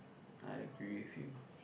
I agree with you